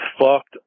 fucked